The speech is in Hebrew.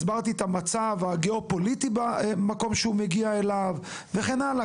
הסברתי את המצב הגיאופוליטי במקום שהוא מגיע אליו וכן הלאה,